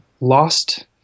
lost